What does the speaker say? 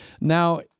Now